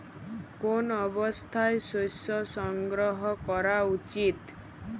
কোন অবস্থায় শস্য সংগ্রহ করা উচিৎ?